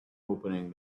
opening